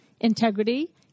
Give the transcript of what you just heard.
integrity